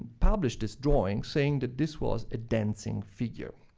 published this drawing saying that this was a dancing figure.